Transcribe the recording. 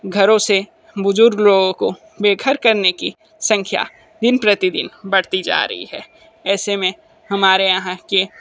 घरों से बुजुर्ग लोगों को बेघर करने की संख्या दिन प्रतिदिन बढ़ती जा रही है ऐसे में हमारे यहाँ के